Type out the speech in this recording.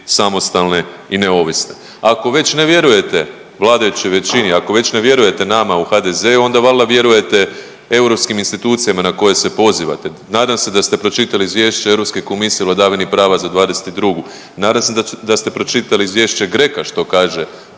samostalne i neovisne? Ako već ne vjerujete vladajućoj većini, ako već ne vjerujete nama u HDZ-u, onda valjda vjerujete europskim institucijama na koje se pozivate. Nadam se da ste pročitali izvješće Europske komisije o vladavini prava za 2022., nadam se da ste pročitali izvješće GRECO-a što kaže